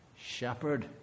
shepherd